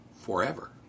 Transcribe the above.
forever